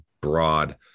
broad